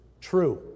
True